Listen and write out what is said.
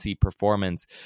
performance